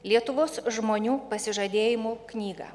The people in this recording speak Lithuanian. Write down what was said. lietuvos žmonių pasižadėjimų knygą